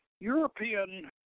European